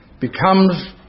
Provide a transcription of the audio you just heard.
becomes